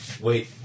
wait